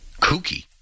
kooky